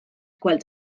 gweld